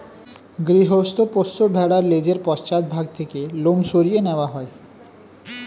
গৃহস্থ পোষ্য ভেড়ার লেজের পশ্চাৎ ভাগ থেকে লোম সরিয়ে নেওয়া হয়